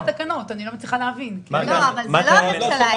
לא הממשלה.